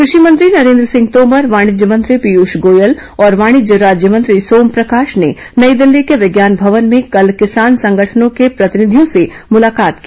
कृषि मंत्री नरेन्द्र सिंह तोमर वाणिज्य मंत्री पीयूष गोयल और वाणिज्य राज्य मंत्री सोम प्रकाश ने नईे दिल्ली के विज्ञान भवन में कल किसान संगठनों के प्रतिनिधियों से मुलाकात की